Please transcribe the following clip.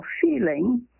feeling